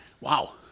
Wow